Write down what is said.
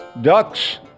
Ducks